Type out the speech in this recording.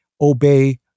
obey